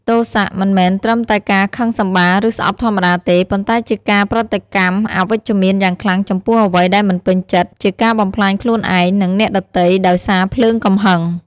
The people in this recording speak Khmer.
ទោសៈ មិនមែនត្រឹមតែការខឹងសម្បារ ឬស្អប់ធម្មតាទេ ប៉ុន្តែជាការប្រតិកម្មអវិជ្ជមានយ៉ាងខ្លាំងចំពោះអ្វីដែលមិនពេញចិត្ត ជាការបំផ្លាញខ្លួនឯង និងអ្នកដទៃដោយសារភ្លើងកំហឹង។